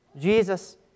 Jesus